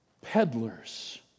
peddlers